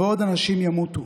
ועוד אנשים ימותו.